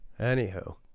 Anywho